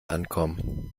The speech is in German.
ankommen